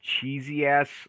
cheesy-ass